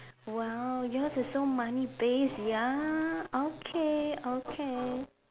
!wow! yours is so money based ya okay okay